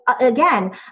again